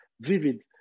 vivid